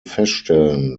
feststellen